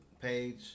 page